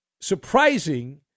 surprising